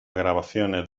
grabaciones